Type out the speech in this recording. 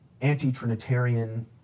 anti-Trinitarian